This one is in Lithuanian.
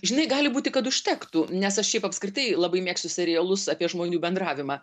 žinai gali būti kad užtektų nes aš šiaip apskritai labai mėgstu serialus apie žmonių bendravimą